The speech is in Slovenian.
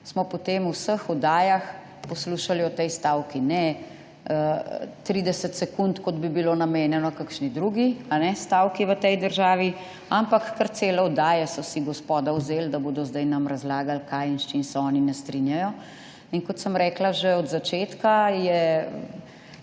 smo potem v vseh oddajah poslušali o tej stavki. Ne 30 sekund, kot bi bilo namenjeno kakšni drugi stavki v tej državi, ampak kar cele oddaje so si gospoda vzeli, da bodo zdaj nam razlagali, kaj in s čim se oni ne strinjajo. In kot sem rekla že od začetka, je